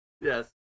Yes